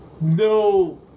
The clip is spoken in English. no